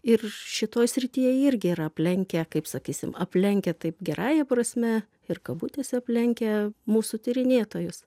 ir šitoj srityje irgi yra aplenkę kaip sakysim aplenkę taip gerąja prasme ir kabutėse aplenkę mūsų tyrinėtojus